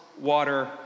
water